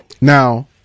Now